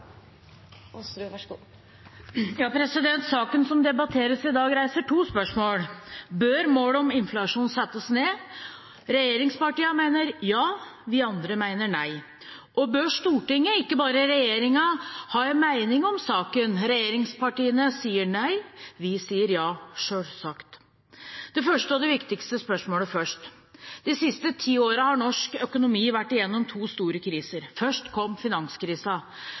Saken som debatteres i dag, reiser to spørsmål: Bør målet om inflasjon settes ned? Regjeringspartiene mener ja, vi andre mener nei. Og bør Stortinget, ikke bare regjeringen, ha en mening om saken? Regjeringspartiene sier nei, vi sier ja, selvsagt. Det første og det viktigste spørsmålet først: De siste ti årene har norsk økonomi vært gjennom to store kriser. Først kom